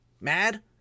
mad